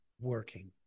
working